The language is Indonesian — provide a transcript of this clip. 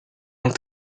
yang